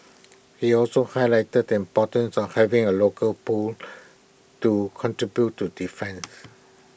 he also highlighted the importance of having A local pool to contribute to defence